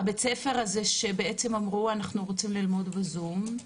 בית הספר הזה שבעצם אמרו אנחנו רוצים ללמוד בזום.